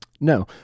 No